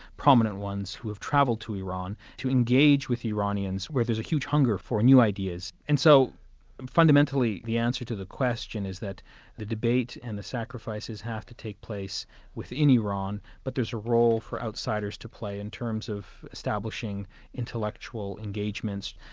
prominent ones, who have travelled to iran to engage with iranians where there's a huge hunger for new ideas. and so fundamentally, the answer to the question is that the debate and the sacrifices have to take place within iran, but there's a role for outsiders to play in terms of establishing intellectual engagements.